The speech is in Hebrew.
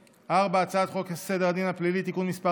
4. הצעת חוק סדר הדין הפלילי (תיקון מס'